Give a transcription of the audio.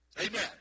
Amen